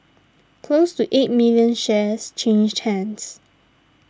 close to eight million shares changed hands